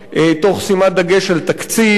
תוך שימת דגש על תקציב,